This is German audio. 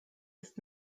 ist